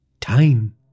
Time